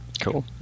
cool